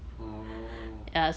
orh